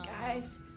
guys